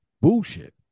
bullshit